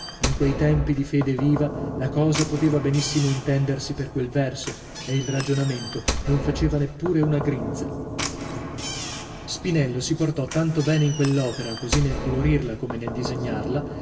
in quei tempi di fede viva la cosa poteva benissimo intendersi per quel verso e il ragionamento non faceva neppure una grinza spinello si portò tanto bene in quell'opera così nel colorirla come nel disegnarla